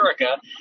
America